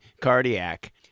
Cardiac